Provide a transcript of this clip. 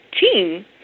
team